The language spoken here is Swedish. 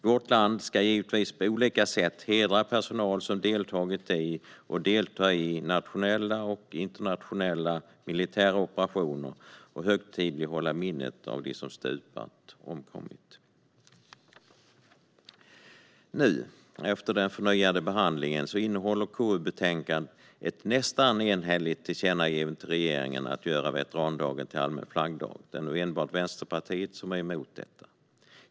Vårt land ska givetvis på olika sätt hedra personal som deltagit i och deltar i nationella och internationella militära operationer och högtidlighålla minnet av dem som stupat och omkommit. Nu, efter den förnyade behandlingen, innehåller KU-betänkandet ett nästan enhälligt tillkännagivande till regeringen om att göra veterandagen till allmän flaggdag. Det är nu enbart Vänsterpartiet som är emot det.